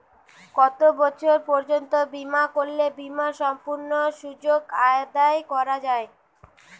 কত বছর পর্যন্ত বিমা করলে বিমার সম্পূর্ণ সুযোগ আদায় করা য়ায়?